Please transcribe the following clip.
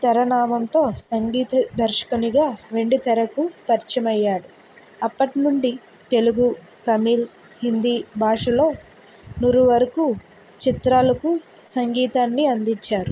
తెరనామంతో సంగీత దర్శకునిగా వెండితెరకు పరిచయమయ్యాడు అప్పటి నుండి తెలుగు తమిళ్ హిందీ భాషలో నూరు వరకు చిత్రాలకు సంగీతాన్ని అందించారు